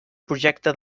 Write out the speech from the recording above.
projecte